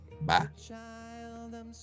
Bye